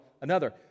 another